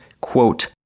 quote